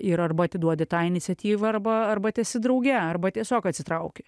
ir arba atiduodi tą iniciatyvą arba arba tęsi drauge arba tiesiog atsitrauki